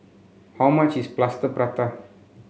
how much is Plaster Prata